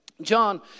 John